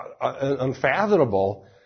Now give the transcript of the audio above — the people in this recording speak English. unfathomable